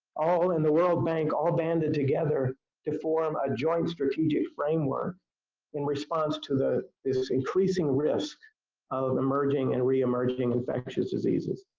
all in the world bank, all banded together to form a joint strategic framework in response to this this increasing risk of emerging and re-emerging infectious diseases.